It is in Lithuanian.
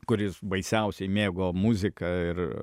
kuris baisiausiai mėgo muziką ir